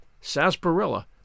sarsaparilla